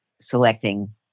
selecting